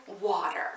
water